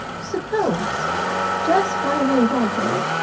suppose just by way of argument,